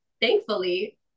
thankfully